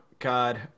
God